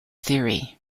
theory